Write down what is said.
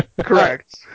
Correct